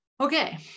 okay